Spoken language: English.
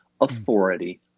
authority